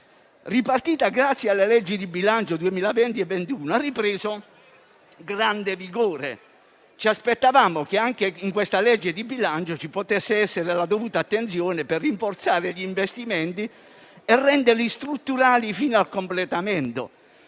Ripartita grazie alle leggi di bilancio 2020 e 2021, ha ripreso grande vigore; ci aspettavamo che anche in questa legge di bilancio ci potesse essere la dovuta attenzione per rinforzare gli investimenti e renderli strutturali fino al completamento.